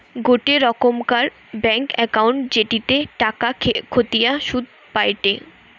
গোটে রোকমকার bank account জেটিতে টাকা খতিয়ে শুধ পায়টে